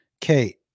Kate